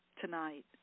tonight